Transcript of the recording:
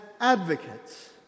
advocates